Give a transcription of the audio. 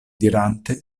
dirante